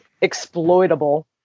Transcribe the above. exploitable